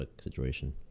situation